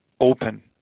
open